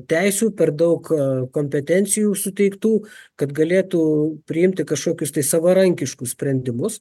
teisių per daug kompetencijų suteiktų kad galėtų priimti kažkokius tai savarankiškus sprendimus